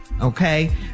Okay